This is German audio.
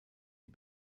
die